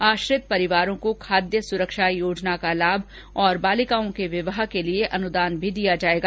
आश्रित परिवारों को खाद्य सुरक्षा योजना का लाभ तथा बालिकाओं के विवाह के लिये अनुदान भी दिया जायेगा